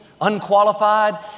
unqualified